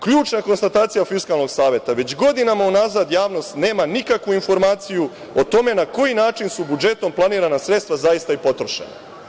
Ključna konstatacija Fiskalnog saveta – već godinama unazad javnost nema nikakvu informaciju o tome na koji način su budžetom planirana sredstva zaista i potrošena.